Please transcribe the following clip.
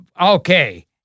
okay